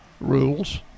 rules